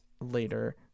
later